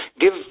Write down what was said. give